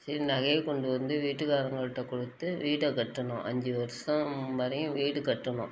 சரி நகையை கொண்டு வந்து வீட்டுகாரவங்கள்கிட்ட கொடுத்து வீட்டை கட்டினோம் அஞ்சு வருடம் வரையும் வீடு கட்டினோம்